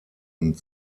und